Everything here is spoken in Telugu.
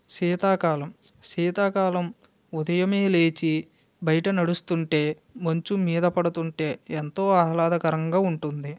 శీతాకాలం శీతాకాలం ఉదయమే లేచి బయట నడుస్తుంటే మంచు మీద పడుతుంటే ఎంతో ఆహ్లాదకరంగా ఉంటుంది